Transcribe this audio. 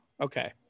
Okay